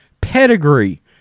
pedigree